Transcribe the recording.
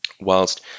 Whilst